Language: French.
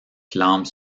clame